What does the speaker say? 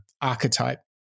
archetype